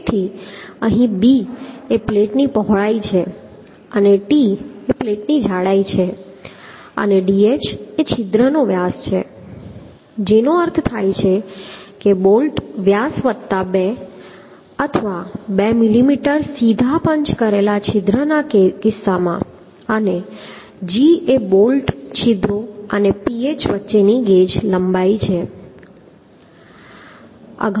તેથી અહીં b એ પ્લેટની પહોળાઈ છે અને t એ પ્લેટની જાડાઈ છે અને dh એ છિદ્રનો વ્યાસ છે જેનો અર્થ થાય છે બોલ્ટ વ્યાસ વત્તા 2 અથવા 2 મિલીમીટર સીધા પંચ કરેલા છિદ્રના કિસ્સામાં અને g એ બોલ્ટ છિદ્રો અને ph વચ્ચેની ગેજ લંબાઈ છે